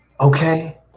Okay